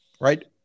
right